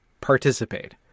participate